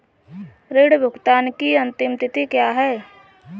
ऋण भुगतान की अंतिम तिथि क्या है?